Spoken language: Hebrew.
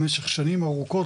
במשך שנים ארוכות,